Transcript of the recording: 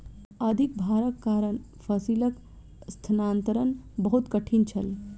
अधिक भारक कारण फसिलक स्थानांतरण बहुत कठिन छल